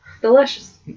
Delicious